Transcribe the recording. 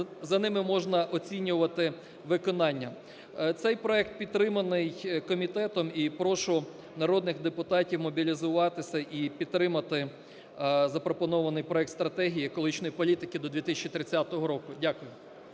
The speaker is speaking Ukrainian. за ними можна оцінювати виконання. Цей проект підтриманий комітетом і прошу народних депутатів мобілізуватися і підтримати запропонований проект стратегії екологічної політики до 2030 року. Дякую.